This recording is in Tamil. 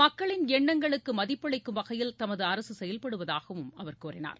மக்களின் எண்ணங்களுக்கு மதிப்பளிக்கும் வகையில் தமது அரசு செயல்படுவதாகவும் அவர் கூறினார்